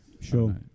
Sure